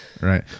right